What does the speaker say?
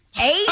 Eight